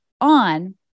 on